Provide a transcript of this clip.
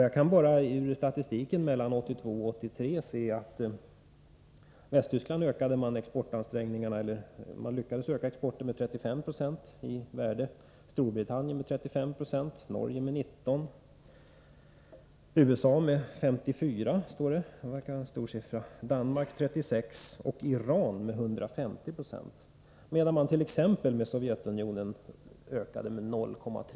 Jag kan bara i statistiken från 1982 och 1983 se att man lyckades öka exporten till Västtyskland med 35 26 i värde, till Storbritannien med 35 46, till Norge med 19 96, till USA med 54 90 — det verkar vara en hög siffra —, till Danmark med 36 96 och till Iran med 150 20. Däremot ökadet.ex.